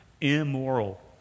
immoral